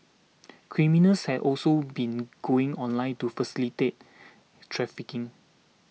criminals have also been going online to facilitate trafficking